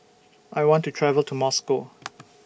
I want to travel to Moscow